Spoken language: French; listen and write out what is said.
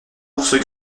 ours